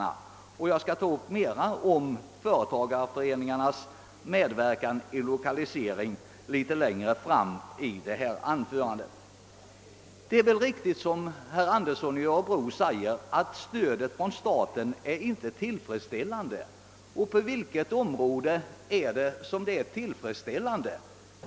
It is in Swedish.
Jag skall litet längre fram i detta anförande ytterligare behandla företagareföreningarnas medverkan i lokaliseringen. stödet från staten till företagareföreningarna inte är tillfredsställande och det är riktigt, men på vilket område är det tillfredsställande?